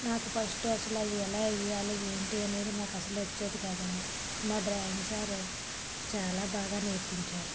నాకు ఫస్టు అసలు అది ఎలా వెయ్యాలి ఏంటి అనేది ఇది నాకు అసలు వచ్చేది కాదండి మా డ్రాయింగ్ సారు చాలా బాగా నేర్పించారు